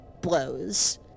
blows